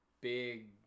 big